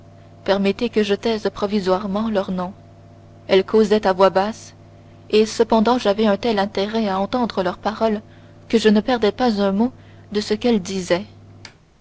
permettez que je taise provisoirement leurs noms elles causaient à voix basse et cependant j'avais un tel intérêt à entendre leurs paroles que je ne perdais pas un mot de ce qu'elles disaient